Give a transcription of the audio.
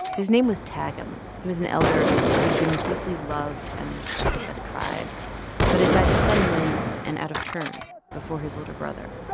his name was tagem. he was an elder who had been deeply loved and respected by the tribe but had died suddenly and out of turn before his older brother